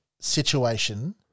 situation